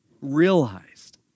realized